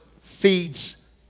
feeds